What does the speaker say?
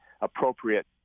appropriate